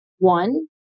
One